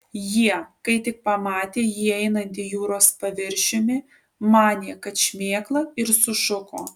jie kai tik pamatė jį einantį jūros paviršiumi manė kad šmėkla ir sušuko